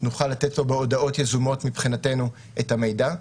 נוכל לתת לו בהודעות יזומות מבחינתנו את המידע.